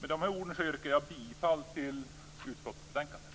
Med dessa ord yrkar jag bifall till utskottets hemställan